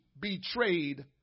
betrayed